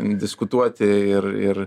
diskutuoti ir ir